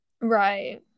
right